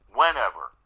whenever